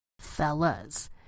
Fellas